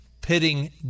pitting